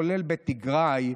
כולל בתיגראי,